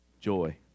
joy